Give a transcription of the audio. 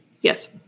Yes